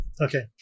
Okay